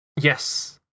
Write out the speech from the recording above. Yes